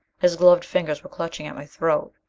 his gloved fingers were clutching at my throat.